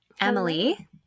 Emily